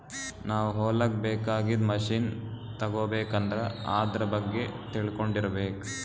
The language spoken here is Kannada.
ನಾವ್ ಹೊಲಕ್ಕ್ ಬೇಕಾಗಿದ್ದ್ ಮಷಿನ್ ತಗೋಬೇಕ್ ಅಂದ್ರ ಆದ್ರ ಬಗ್ಗೆ ತಿಳ್ಕೊಂಡಿರ್ಬೇಕ್